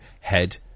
head